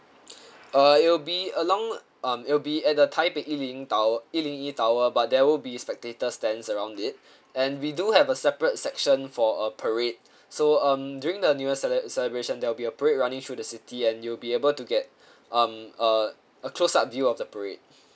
uh it'll be along um it'll be at the taipei 一零一 tower 一零一 tower but there will be spectator stands around it and we do have a separate section for a parade so um during the new year celeb~ celebration there'll be a parade running through the city and you'll be able to get um uh a close up view of the parade